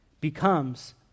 becomes